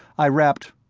i rapped,